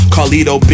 Carlito